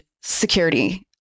security